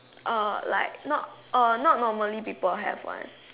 uh like not orh not normally people have one